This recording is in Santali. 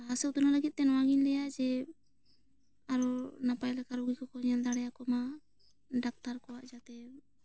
ᱱᱟᱦᱟ ᱥᱮ ᱩᱛᱱᱟᱹᱣ ᱞᱟᱹᱜᱤᱫ ᱛᱮ ᱱᱚᱣᱟ ᱜᱮᱧ ᱞᱟᱹᱭᱟ ᱡᱮ ᱟᱨᱚ ᱱᱟᱯᱟᱭ ᱞᱮᱠᱟ ᱨᱳᱜᱤ ᱠᱚᱠᱚ ᱧᱮᱞ ᱫᱟᱲᱮᱭᱟᱠᱚ ᱢᱟ ᱰᱟᱠᱛᱟᱨ ᱠᱚᱣᱟᱜ ᱡᱟᱛᱮ